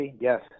Yes